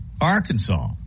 Arkansas